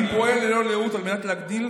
אני פועל ללא לאות על מנת להגדיל,